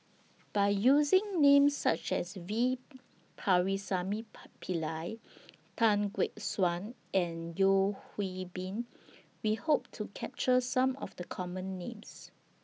By using Names such as V Pakirisamy Pillai Tan Gek Suan and Yeo Hwee Bin We Hope to capture Some of The Common Names